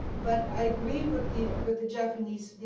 but i agree with the with the japanese.